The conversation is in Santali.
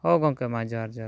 ᱦᱚᱸ ᱜᱚᱢᱠᱮ ᱢᱟ ᱡᱚᱦᱟᱨ ᱡᱚᱦᱟᱨ ᱢᱟ